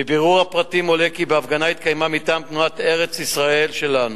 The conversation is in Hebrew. מבירור הפרטים עולה כי ההפגנה התקיימה מטעם תנועת "ארץ-ישראל שלנו",